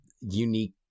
unique